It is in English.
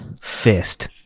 Fist